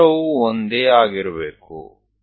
ಈ ಅಂತರವು ಒಂದೇ ಆಗಿರಬೇಕು